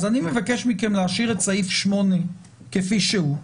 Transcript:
ולכן אני מבקש מכם להשאיר את סעיף 8 כפי שהוא.